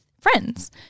friends